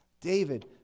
David